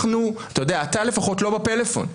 אתה לפחות לא בפלאפון,